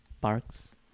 parks